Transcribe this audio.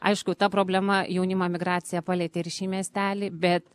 aišku ta problema jaunimo emigracija palietė ir šį miestelį bet